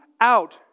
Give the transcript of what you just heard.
out